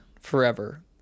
forever